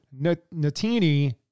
natini